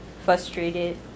frustrated